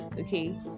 okay